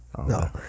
No